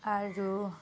আৰু